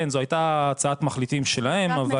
כן, זו הייתה הצעת מחליטים שלהם.